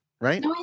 right